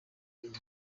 iyo